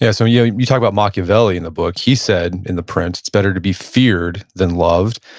yeah so yeah. you talk about machiavelli in the book. he said, in the print, it's better to be feared, than loved.